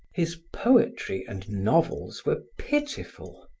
his poetry and novels were pitiful.